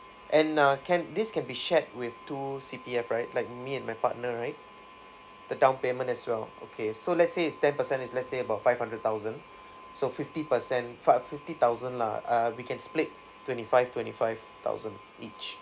and uh can this can be shared with two C_P_F right like me and my partner right the down payment as well okay so let's say it's ten percent is let's say about five hundred thousand so fifty percent five fifty thousand lah uh we can split twenty five twenty five thousand each